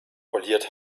poliert